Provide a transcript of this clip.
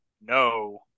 No